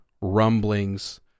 rumblings